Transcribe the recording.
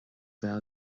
bheith